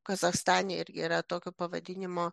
kazachstane irgi yra tokio pavadinimo